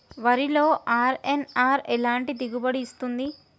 వరిలో అర్.ఎన్.ఆర్ ఎలాంటి దిగుబడి ఇస్తుంది?